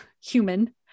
human